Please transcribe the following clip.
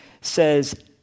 says